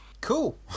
Cool